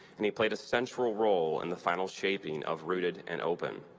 and he played a central role in the final shaping of rooted and open,